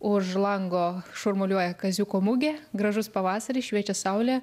už lango šurmuliuoja kaziuko mugė gražus pavasaris šviečia saulė